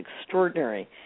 extraordinary